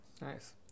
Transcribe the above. Nice